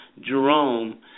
Jerome